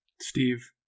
Steve